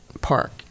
park